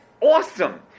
Awesome